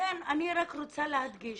לכן אני רק רוצה להדגיש